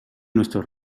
nuestros